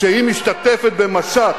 כשהיא משתתפת במשט